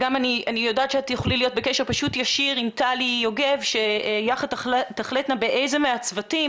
את תוכלי להיות בקשר ישיר עם טלי יוגב ויחד תחליטו באיזה מהצוותים